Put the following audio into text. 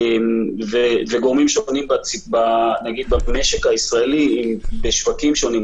וגורמים שונים במשק הישראלי בשווקים שונים.